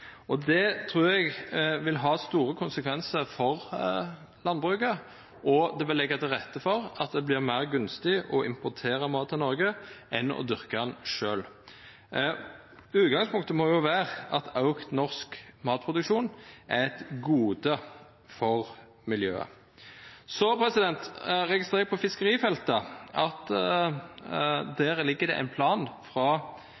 biff. Det trur eg vil ha store konsekvensar for landbruket, og det vil leggja til rette for at det vert meir gunstig å importera mat til Noreg enn å dyrka han sjølv. Utgangspunktet må vera at auka norsk matproduksjon er eit gode for miljøet. På fiskerifeltet registrerer eg at det ligg føre ein plan frå